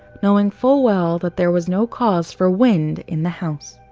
knowing full well that there was no cause for wind in the house.